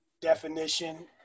definition